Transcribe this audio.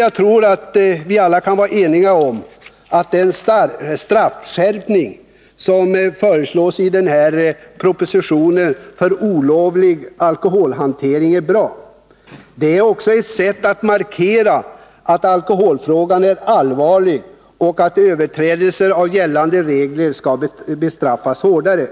Jag tror att vi alla också kan vara eniga om att den straffskärpning för olovlig alkoholhantering som föreslås i propositionen är bra. Det är också ett sätt att markera att alkoholfrågan är allvarlig och att överträdelser av gällande regler skall bestraffas hårdare.